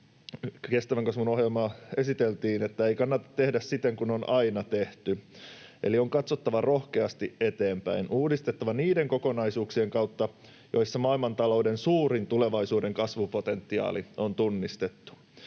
kestävän kasvun ohjelmaa esiteltiin, että ei kannata tehdä siten kuin on aina tehty. Eli on katsottava rohkeasti eteenpäin, uudistettava niiden kokonaisuuksien kautta, joissa maailmantalouden suurin tulevaisuuden kasvupotentiaali on tunnistettu.